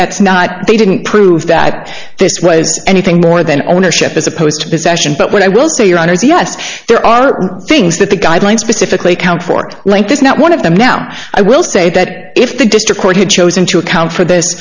now they didn't prove that this was anything more than ownership as opposed to possession but what i will say your honour's yes there are things that the guidelines specifically count for like this not one of them now i will say that if the district court had chosen to account for this